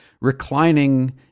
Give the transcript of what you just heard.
reclining